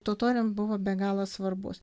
totoriam buvo be galo svarbus